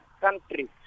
country